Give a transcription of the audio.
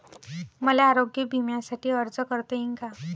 मले आरोग्य बिम्यासाठी अर्ज करता येईन का?